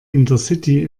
intercity